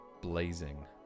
blazing